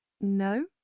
No